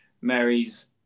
Mary's